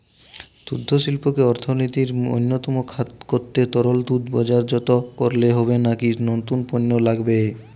দুগ্ধশিল্পকে অর্থনীতির অন্যতম খাত করতে তরল দুধ বাজারজাত করলেই হবে নাকি নতুন পণ্য লাগবে?